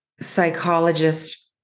psychologist